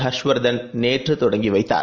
Harsh Vardhan நேற்றுதொடங்கிவைத்தார்